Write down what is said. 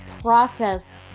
process